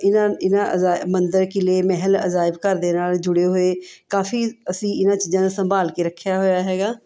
ਇਨ੍ਹਾਂ ਇਨ੍ਹਾਂ ਅਜਾ ਮੰਦਰ ਕਿਲ੍ਹੇ ਮਹਿਲ ਅਜਾਇਬ ਘਰ ਦੇ ਨਾਲ਼ ਜੁੜੇ ਹੋਏ ਕਾਫ਼ੀ ਅਸੀਂ ਇਹਨਾਂ ਚੀਜ਼ਾਂ ਨੂੰ ਸੰਭਾਲ਼ ਕੇ ਰੱਖਿਆ ਹੋਇਆ ਹੈਗਾ